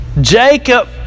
Jacob